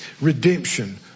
redemption